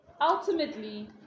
Ultimately